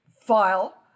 file